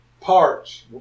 parts